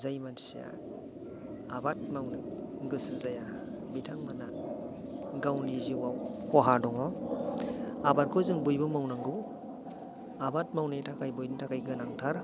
जाय मानसिया आबाद मावनो गोसो जाया बिथांमोनहा गावनि जिउआव ख'हा दङ आबादखौ जों बयबो मावनांगौ आबाद मावनायनि थाखाय बयनिबो थाखाय गोनांथार